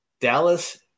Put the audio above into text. Dallas